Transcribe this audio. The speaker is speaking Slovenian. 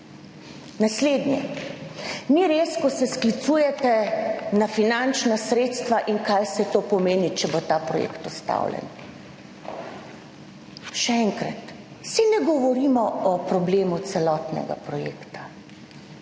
Nadalje, ni res, ko se sklicujete na finančna sredstva in kaj vse to pomeni, če bo ta projekt ustavljen. Še enkrat, saj ne govorimo o problemu celotnega projekta,